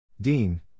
Dean